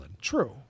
True